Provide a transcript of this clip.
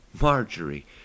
Marjorie